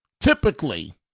typically